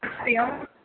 हरिः ओम्